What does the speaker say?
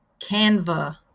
Canva